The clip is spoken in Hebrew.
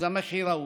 אז המחיר ראוי,